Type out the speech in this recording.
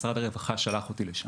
משרד הרווחה שלח אותי לשם,